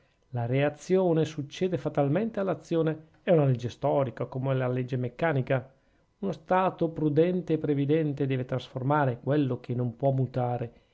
la reazione succede fatalmente all'azione è una legge storica com'è una legge meccanica uno stato prudente e previdente deve trasformare quello che non può mutare